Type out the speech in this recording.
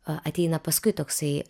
ateina paskui toksai